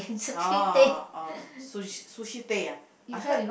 oh oh sushi Sushi Tei ya I heard